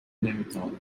نمیتواند